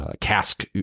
cask